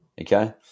Okay